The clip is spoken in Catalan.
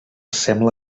sembla